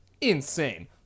insane